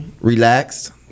relaxed